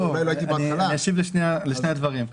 אשיב לשני הדברים.